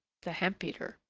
the hemp-beater.